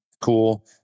Cool